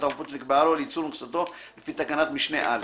העופות שנקבעה לו לייצור מכסתו לפי תקנת משנה (א).